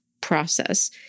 process